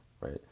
right